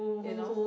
you know